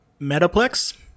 Metaplex